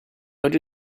oggi